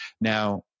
Now